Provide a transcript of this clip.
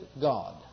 God